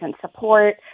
support